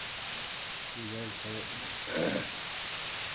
जाइ छै